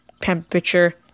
temperature